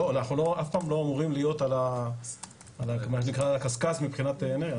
אנחנו אף פעם לא אמורים להיות על הקשקש מבחינת אנרגיה.